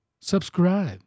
Subscribe